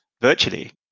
virtually